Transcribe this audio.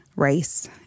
race